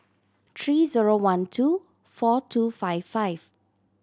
three zero one two four two five five